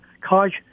college